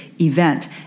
event